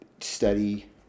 study